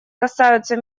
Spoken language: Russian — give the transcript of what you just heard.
касаются